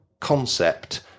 concept